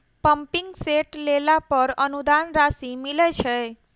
Pumping set लेला पर अनुदान राशि मिलय छैय?